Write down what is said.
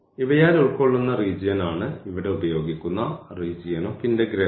ഇവയാൽ ഉൾക്കൊള്ളുന്ന റീജിയൻ ആണ് ഇവിടെ ഉപയോഗിക്കുന്ന റീജിയൻ ഓഫ് ഇന്റഗ്രേഷൻ